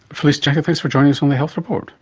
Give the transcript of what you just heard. felice jacka, thanks for joining us on the health report.